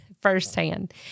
firsthand